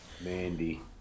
Mandy